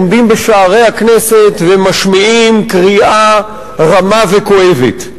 עומדים בשערי הכנסת ומשמיעים קריאה רמה וכואבת.